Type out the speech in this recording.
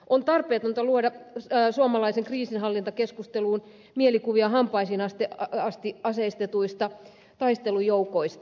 on tarpeetonta luoda suomalaiseen kriisinhallintakeskusteluun mielikuvia hampaisiin asti aseistetuista taistelujoukoista